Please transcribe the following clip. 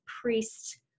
priest